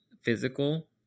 physical